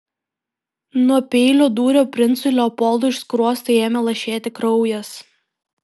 nuo peilio dūrio princui leopoldui iš skruosto ėmė lašėti kraujas